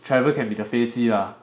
travel can be the 飞机 lah